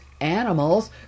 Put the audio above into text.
animals